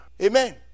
Amen